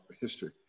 history